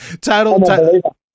Total